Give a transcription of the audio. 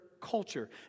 culture